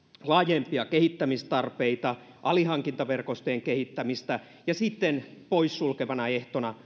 laajempia kehittämistarpeita ja alihankintaverkostojen kehittämistä ja sitten poissulkevana ehtona